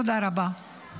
תודה רבה.